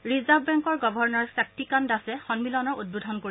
reserve বেংকৰ governor Shaktikanta দাসে সম্মিলনৰ উদ্বোধন কৰিব